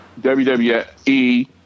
WWE